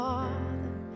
Father